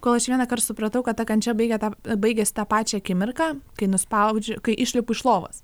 kol aš vienąkart supratau kad ta kančia baigia tą baigiasi tą pačią akimirką kai nuspaudžiu kai išlipu iš lovos